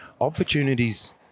opportunities